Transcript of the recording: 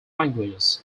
languages